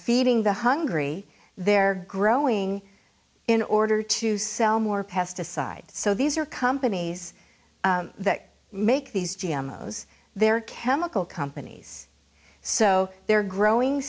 feeding the hungry they're growing in order to sell more pesticides so these are companies that make these g m their chemical companies so they're growing